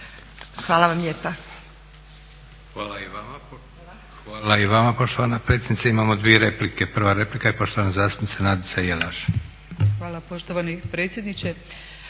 Hvala vam lijepa.